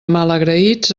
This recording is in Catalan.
malagraïts